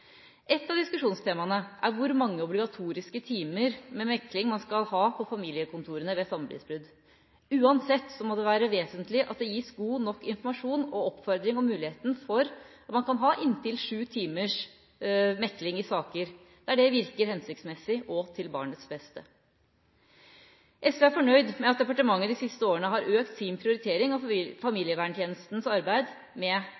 av diskusjonstemaene er hvor mange obligatoriske timer med mekling man skal ha på familiekontorene ved samlivsbrudd. Uansett må det være vesentlig at det gis god nok informasjon og oppfordring om muligheten for at man kan ha inntil sju timer mekling i saker der det virker hensiktsmessig og til barnets beste. SV er fornøyd med at departementet de siste årene har økt sin prioritering av familieverntjenestens arbeid med